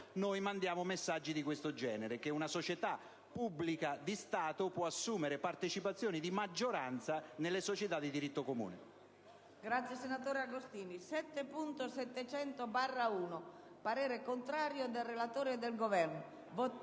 mandiamo il messaggio che una società pubblica, di Stato, può assumere partecipazioni di maggioranza nelle società di diritto comune.